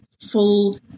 full